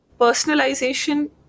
Personalization